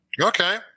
okay